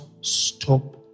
stop